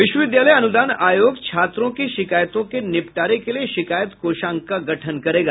विश्वविद्यालय अनूदान आयोग छात्रों की शिकायतों के निपटारे के लिये शिकायत कोषांग का गठन करेगा